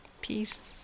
Peace